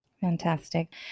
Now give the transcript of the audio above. Fantastic